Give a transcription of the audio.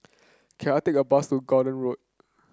can I take a bus to Gordon Road